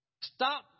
Stop